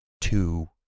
two